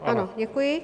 Ano, děkuji.